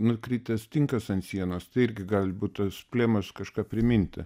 nukritęs tinkas ant sienos tai irgi gali būt tas plėmas kažką priminti